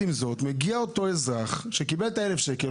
מגיע אותו אזרח שקיבל קנס 1,000 שקל,